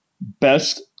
best